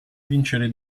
vincere